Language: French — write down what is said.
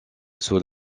sous